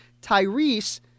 Tyrese